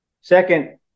Second